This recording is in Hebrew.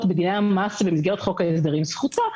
בדיני המס במסגרת חוק ההסדרים זכותה.